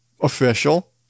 official